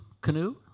canoe